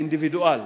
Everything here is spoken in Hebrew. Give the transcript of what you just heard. האינדיבידואל,